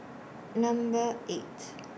Number eight